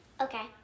Okay